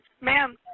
Ma'am